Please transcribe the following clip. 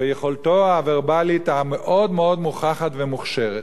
ביכולתו הוורבלית המאוד-מאוד מוכחת ומוכשרת,